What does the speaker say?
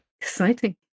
Exciting